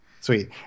Sweet